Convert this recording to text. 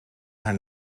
haar